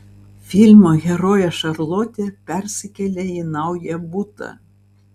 filmo herojė šarlotė persikelia į naują butą